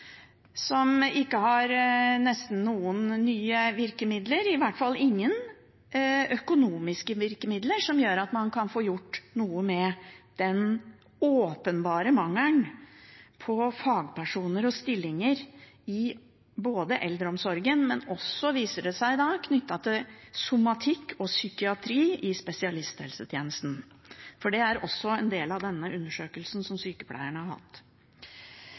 som nesten ikke har noen nye virkemidler, i hvert fall ingen økonomiske virkemidler, slik at man kan få gjort noe med den åpenbare mangelen på fagpersoner og stillinger både i eldreomsorgen og – viser det seg – knyttet til somatikk og psykiatri i spesialisthelsetjenesten. Det er også en del av den undersøkelsen som Sykepleien har hatt.